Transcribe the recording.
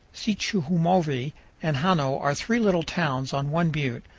sichumovi, and hano are three little towns on one butte,